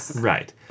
Right